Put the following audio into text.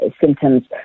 symptoms